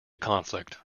conflict